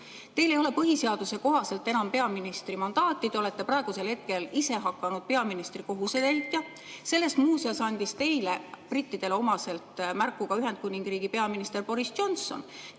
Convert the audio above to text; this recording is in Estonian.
Teil ei ole põhiseaduse kohaselt enam peaministri mandaati, te olete praegusel hetkel isehakanud peaministri kohusetäitja. Muuseas sellest andis teile brittidele omaselt märku ka Ühendkuningriigi peaminister Boris Johnson,